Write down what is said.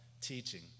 teaching